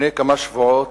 לפני כמה שבועות